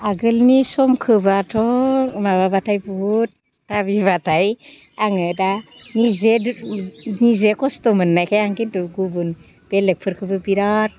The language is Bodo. आगोलनि समखोबाथ' माबाब्लाथाय बुहुद भाबिब्लाथाय आङो दा निजे निजे खस्थ' मोननायखाय आं खिन्थु गुबुन बेलेगफोरखोबो बिराद